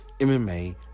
MMA